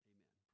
Amen